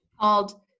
Called